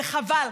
וחבל.